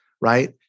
right